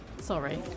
Sorry